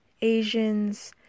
Asians